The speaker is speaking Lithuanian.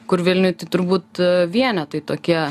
kur vilniuj tai turbūt vienetai tokie